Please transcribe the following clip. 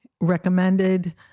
recommended